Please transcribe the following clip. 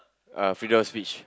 uh freedom of speech